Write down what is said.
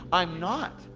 i'm not.